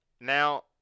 now